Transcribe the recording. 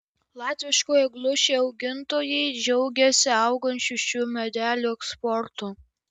latviškų eglučių augintojai džiaugiasi augančiu šių medelių eksportu